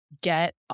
get